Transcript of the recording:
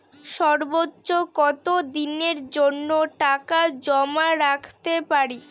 সর্বোচ্চ কত দিনের জন্য টাকা জমা রাখতে পারি?